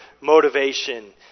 motivation